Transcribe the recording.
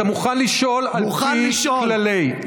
אתה מוכן לשאול על פי כללי,